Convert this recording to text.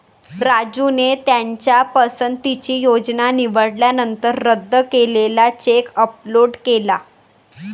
राजूने त्याच्या पसंतीची योजना निवडल्यानंतर रद्द केलेला चेक अपलोड केला